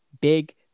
Big